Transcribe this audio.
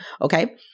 Okay